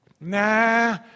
Nah